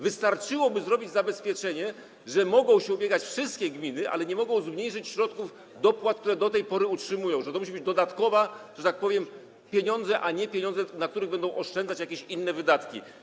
Wystarczyłoby zrobić zabezpieczenie, że mogą się ubiegać wszystkie gminy, ale nie mogą zmniejszyć środków dopłat, które do tej pory utrzymują, że to muszą być dodatkowe, że tak powiem, pieniądze, a nie pieniądze, na których będą oszczędzać jakieś inne wydatki.